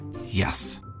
yes